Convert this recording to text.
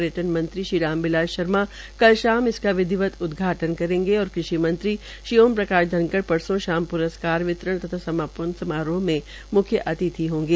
पर्यटन मंत्री श्री राम बिलास शर्मा कल इसका विधिवत उदघाटन् करेंगे और कृषि मंत्री श्री ओम प्रकाश धनखड़ परसो शाम प्रस्कार वितरण तथा समापन समारोह में मुख्य अतिथि होंगे